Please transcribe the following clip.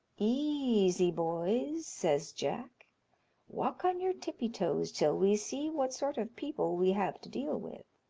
easy, boys! says jack walk on your tippy toes till we see what sort of people we have to deal with.